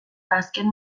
azken